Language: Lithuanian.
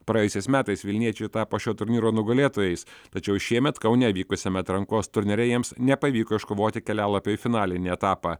praėjusiais metais vilniečiai tapo šio turnyro nugalėtojais tačiau šiemet kaune vykusiame atrankos turnyre jiems nepavyko iškovoti kelialapio į finalinį etapą